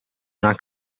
una